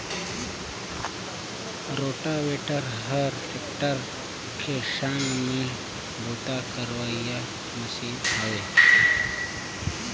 rotavator हर tractor के संघ में बूता करोइया मसीन हवे